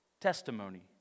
testimony